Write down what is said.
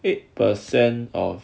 eight percent of